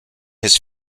his